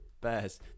Bears